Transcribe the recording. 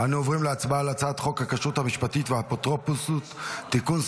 אנחנו עוברים להצבעה על הצעת חוק הכשרות המשפטית והאפוטרופסות (תיקון,